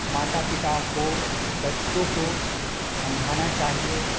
माता पिता को बच्चों को समझाना चाहिए